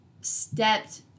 stepped